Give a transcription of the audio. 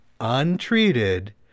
untreated